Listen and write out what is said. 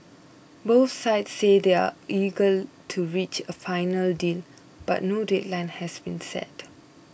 both sides say they are eager to reach a final deal but no deadline has been set